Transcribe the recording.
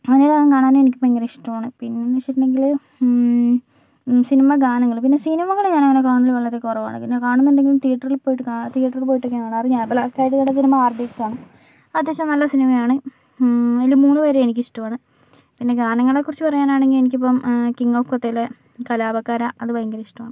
മൗനരാഗം കാണാൻ എനിക്ക് ഭയങ്കര ഇഷ്ട്ടാണ് പിന്നെന്നു ചോദിച്ചിട്ടുണ്ടെങ്കിൽ സിനിമ ഗാനങ്ങൾ പിന്നെ സിനിമകൾ ഞാനങ്ങനെ കാണൽ വളരെ കുറവാണ് പിന്നെ കാണുന്നുണ്ടെങ്കിൽ തീയേറ്ററിൽ പോയിട്ട് കാണും തീയേറ്ററിൽ പോയിട്ടൊക്കെയാണ് കാണാറ് ലാസ്റ്റായിട്ട് കണ്ട സിനിമ ആർ ഡി എക്സ് ആണ് അത്യാവശ്യം നല്ല സിനിമയാണ് അതിലെ മൂന്നുപേരെയും എനിക്കിഷ്ടമാണ് പിന്നെ ഗാനങ്ങളെക്കുറിച്ചു പറയാനാണെങ്കിൽ എനിക്കിപ്പം കിംഗ് ഓഫ് കൊത്തയിലെ കലാപക്കാര അത് ഭയങ്കര ഇഷ്ടാണ്